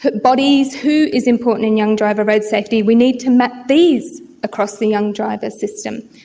but bodies who is important in young driver road safety? we need to map these across the young driver system.